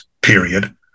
period